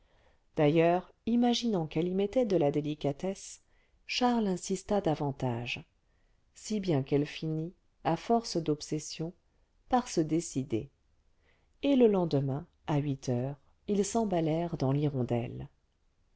d'ailleurs imaginant qu'elle y mettait de la délicatesse charles insista davantage si bien qu'elle finit à force d'obsessions par se décider et le lendemain à huit heures ils s'emballèrent dans l'hirondelle